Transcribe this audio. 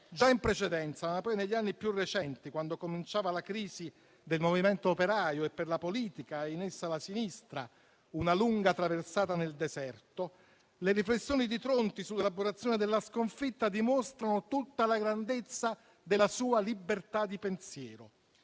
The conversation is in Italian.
Già in precedenza, ma poi negli anni più recenti, quando cominciava la crisi del movimento operaio e per la politica, in essa la sinistra, una lunga traversata nel deserto, le riflessioni di Tronti sull'elaborazione della sconfitta dimostrano tutta la grandezza della sua libertà di pensiero: